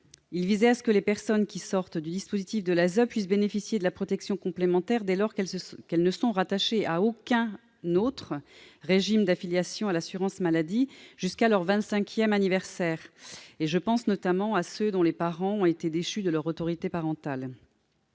de permettre aux personnes qui sortent du dispositif de l'ASE de bénéficier de la protection complémentaire dès lors qu'elles ne sont rattachées à aucun autre régime d'affiliation à l'assurance maladie jusqu'à leur vingt-cinquième anniversaire. Je pense notamment à celles dont les parents ont été déchus de leur autorité parentale